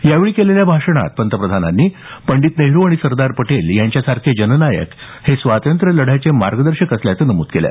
यावेळी केलेल्या भाषणात पंतप्रधानांनी पंडित नेहरू आणि सरदार पटेल यांच्यासारखे जननायक हे स्वातंत्र्यलढ्याचे मार्गदर्शक असल्याचं नमूद केल